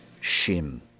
Shim